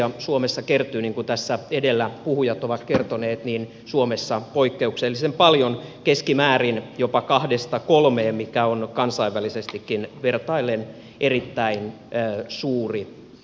välivuosia suomessa kertyy niin kuin tässä edellä puhujat ovat kertoneet poikkeuksellisen paljon keskimäärin jopa kahdesta kolmeen mikä on kansainvälisestikin vertaillen erittäin suuri määrä